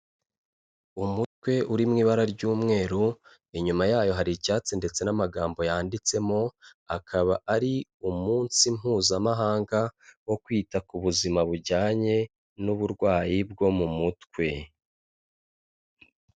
Umutwe uri mu ibara ry'umweru, inyuma yayo hari icyatsi ndetse n'amagambo yanditsemo, akaba ari umunsi Mpuzamahanga wo kwita ku buzima bujyanye n'uburwayi bwo mu mutwe.